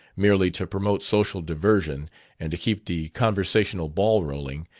merely to promote social diversion and to keep the conversational ball a-rolling,